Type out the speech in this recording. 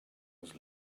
was